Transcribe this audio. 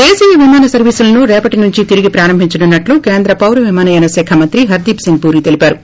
దేశీయ విమాన సర్వీసులను రేపుటి నుంచి తిరిగి ప్రారంభించనున్నట్లు కేంద్ర పౌరవిమానయాన శాఖ మంత్రి హర్గీప్ సింగ్ పూరి తెలిపారు